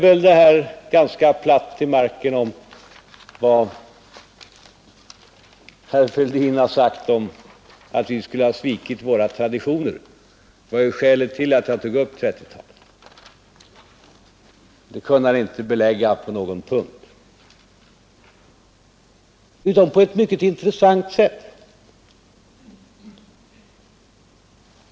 Vad herr Fälldin sade om att vi skulle ha svikit våra traditioner föll ganska platt till marken. Det var skälet till att jag tog upp 1930-talet. Det kunde han inte belägga på någon punkt, men han yttrade sig på ett mycket intressant sätt.